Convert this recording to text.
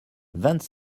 vingt